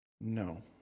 no